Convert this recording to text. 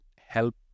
help